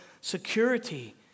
security